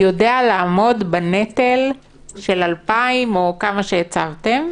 יודע לעמוד בנטל של 2,000 או כמה שהצבתם?